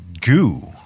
goo